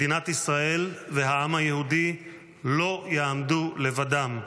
מדינת ישראל והעם היהודי לא יעמדו לבדם,